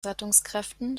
rettungskräften